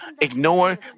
ignore